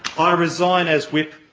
i resign as whip,